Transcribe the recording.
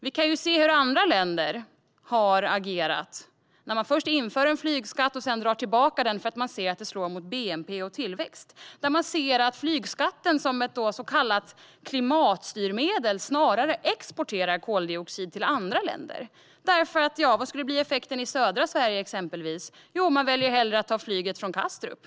Vi kan se hur andra länder har agerat, som först infört en flygskatt och sedan dragit tillbaka den för att den slår mot bnp och tillväxt. Man ser att flygskatten, som ett så kallat klimatstyrmedel, snarare exporterar koldioxid till andra länder. Vad skulle effekten bli i exempelvis södra Sverige? Jo, man väljer hellre att ta flyget från Kastrup.